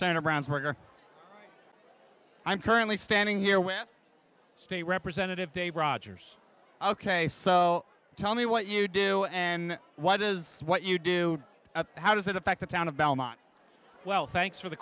santa brownsburg or i'm currently standing here with state representative dave rogers ok so tell me what you do and what is what you do at how does it affect the town of belmont well thanks for the